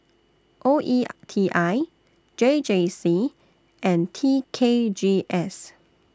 O E T I J J C and T K G S